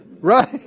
right